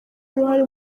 uruhare